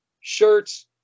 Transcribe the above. shirts